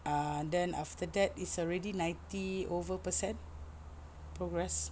uh then after that it's already ninety over per cent progress